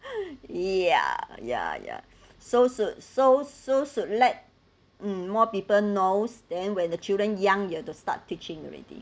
ya ya ya so should so so should let mm more people knows then when the children young you have to start teaching already